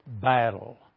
battle